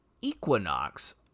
equinox